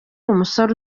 umusore